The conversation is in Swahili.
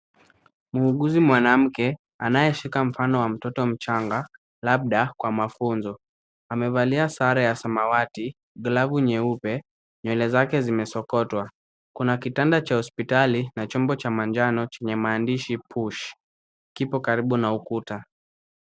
Muuguzi mwanamke, anayeshika mfano wa mtoto mchanga, labda kwa mafunzo. Amevalia sare ya samawati, glavu nyeupe, nywele zake zimesokotwa. Kuna kitanda cha hospitali na chombo cha manjano chenye maandishi Push . Kipo karibu na ukuta.